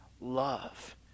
love